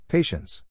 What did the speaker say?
Patience